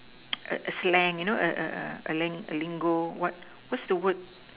a a slang you know a a a lingo what what's the word